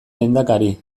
lehendakari